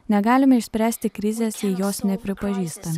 negalime išspręsti krizės jei jos nepripažįsta